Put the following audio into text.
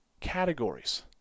categories